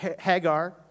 Hagar